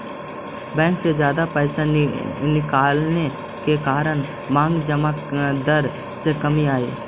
bank से जादा पैसे निकलवाने के कारण मांग जमा दर में कमी आई